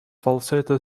falsetto